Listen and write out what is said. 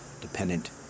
Dependent